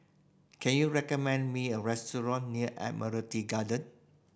can you recommend me a restaurant near Admiralty Garden